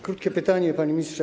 Krótkie pytanie, panie ministrze.